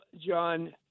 John